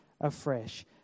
afresh